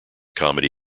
comedy